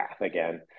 again